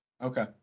Okay